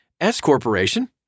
S-Corporation